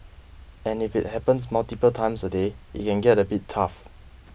and if it happens multiple times a day it can get a bit tough